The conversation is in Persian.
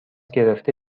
گرفته